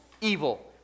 evil